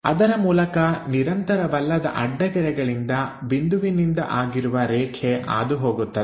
ಅದರ ಮೂಲಕ ನಿರಂತರವಲ್ಲದ ಅಡ್ಡಗೆರೆಗಳಿಂದ ಬಿಂದುವಿನಿಂದ ಆಗಿರುವ ರೇಖೆ ಹಾದುಹೋಗುತ್ತದೆ